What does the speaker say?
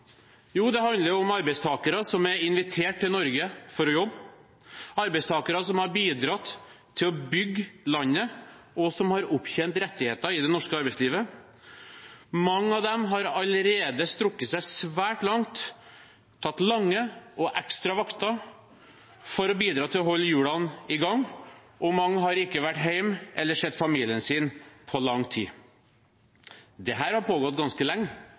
Jo, det handler om arbeidstakere som er invitert til Norge for å jobbe, arbeidstakere som har bidratt til å bygge landet, og som har opptjent rettigheter i det norske arbeidslivet. Mange av dem har allerede strukket seg svært langt og tatt lange og ekstra vakter for å bidra til å holde hjulene i gang, og mange har ikke vært hjemme eller sett familien sin på lang tid. Dette har pågått ganske lenge